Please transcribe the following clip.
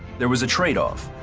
there was a trade off,